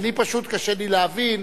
פשוט קשה לי להבין.